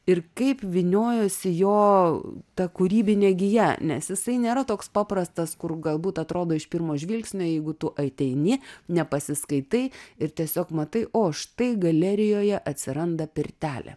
ir kaip vyniojosi jo ta kūrybinė gija nes jisai nėra toks paprastas kur galbūt atrodo iš pirmo žvilgsnio jeigu tu ateini nepasiskaitai ir tiesiog matai o štai galerijoje atsiranda pirtelė